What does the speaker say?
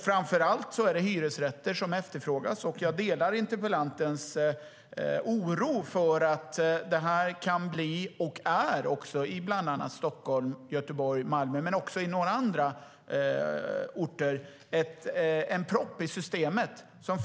Framför allt är det hyresrätter som efterfrågas, och jag delar interpellantens oro för att det här kan bli, och också är, i bland annat Stockholm, Göteborg och Malmö men också på några andra orter, en propp i systemet.